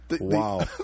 Wow